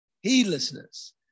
Heedlessness